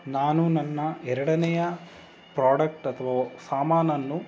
ನಾನು ನನ್ನ ಎರಡನೆಯ ಪ್ರಾಡಕ್ಟ್ ಅಥ್ವಾ ಸಾಮಾನನ್ನು